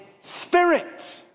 spirit